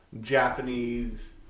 Japanese